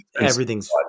Everything's